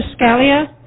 Scalia